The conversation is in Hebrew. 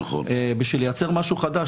בשביל לייצר משהו חדש,